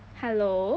hello